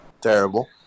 Terrible